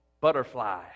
butterfly